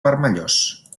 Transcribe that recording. vermellós